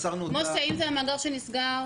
מסרנו אותה -- מוסי, האם זה מאגר שנסגר?